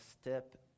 step